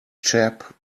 chap